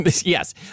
Yes